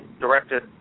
directed